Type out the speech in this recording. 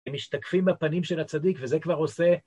הם משתקפים בפנים של הצדיק, וזה כבר עושה...